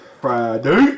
Friday